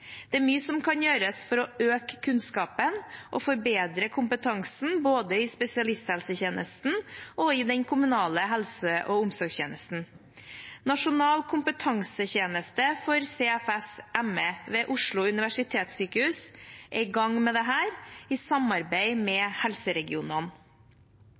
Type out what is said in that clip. Det er mye som kan gjøres for å øke kunnskapen og forbedre kompetansen både i spesialisthelsetjenesten og i den kommunale helse- og omsorgstjenesten. Nasjonal kompetansetjeneste for CFS/ME ved Oslo universitetssykehus er i gang med dette – i samarbeid